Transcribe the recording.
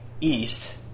East